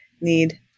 need